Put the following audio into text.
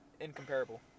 incomparable